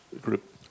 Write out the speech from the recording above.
group